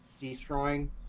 destroying